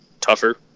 tougher